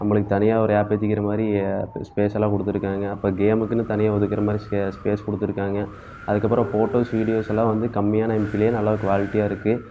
நம்மளுக்கு தனியாக ஒரு ஆப் ஏத்திக்கிறமாதிரி கொஞ்சம் ஸ்பேஸெல்லாம் கொடுத்துருக்காங்க அப்புறம் கேமுக்குன்னு தனியாக ஒதுக்குற மாரி ஸ்பே ஸ்பேஸ் கொடுத்துருக்காங்க அதற்கப்பறம் ஃபோட்டோஸ் வீடியோஸ் எல்லாம் வந்து கம்மியான எம்பிலயே நல்லா குவாலிட்டியாக இருக்கு